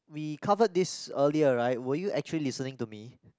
we covered this earlier right were you actually listening to me